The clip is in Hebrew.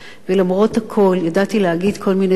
למרות הכול ידעתי להגיד כל מיני דברים.